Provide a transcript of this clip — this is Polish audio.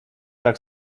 tak